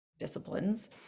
disciplines